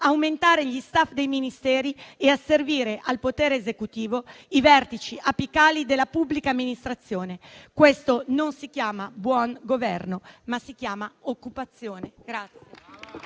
aumentare gli *staff* dei Ministeri e asservire al potere esecutivo i vertici apicali della pubblica amministrazione. Questo non si chiama buon governo, ma occupazione.